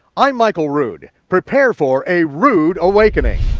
i'm michael rood, prepare for a rood awakening.